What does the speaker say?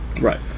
right